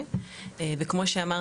שתומך